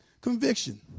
conviction